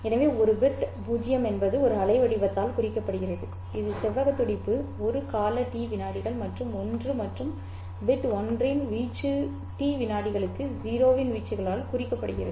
எனவே ஒரு பிட் 0 என்பது ஒரு அலைவடிவத்தால் குறிக்கப்படுகிறது இது செவ்வக துடிப்பு ஒரு கால டி விநாடிகள் மற்றும் 1 மற்றும் பிட் 1 இன் வீச்சு டி விநாடிகளுக்கு 0 இன் வீச்சுகளால் குறிக்கப்படுகிறது